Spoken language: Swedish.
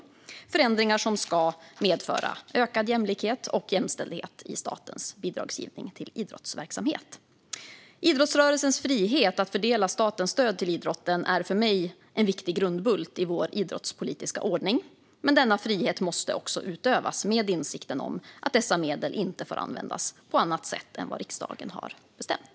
Det är förändringar som ska medföra ökad jämlikhet och jämställdhet i statens bidragsgivning till idrottsverksamhet. Idrottsrörelsens frihet att fördela statens stöd till idrotten är för mig en viktig grundbult i vår idrottspolitiska ordning, men denna frihet måste också utövas med insikten om att dessa medel inte får användas på annat sätt än vad riksdagen har bestämt.